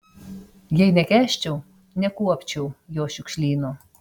jei nekęsčiau nekuopčiau jo šiukšlyno